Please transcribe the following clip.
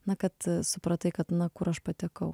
na kad supratai kad na kur aš patekau